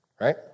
right